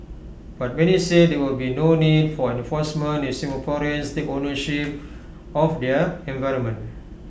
but many said there would be no need for enforcement if Singaporeans take ownership of their environment